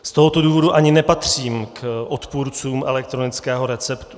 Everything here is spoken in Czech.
Z tohoto důvodu ani nepatřím k odpůrcům elektronického receptu.